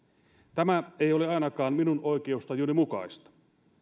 tämä ei ole ainakaan minun oikeustajuni mukaista